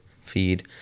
feed